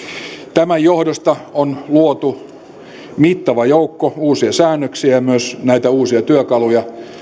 tämän johdosta on luotu mittava joukko uusia säännöksiä ja myös näitä uusia työkaluja